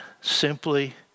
simply